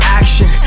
action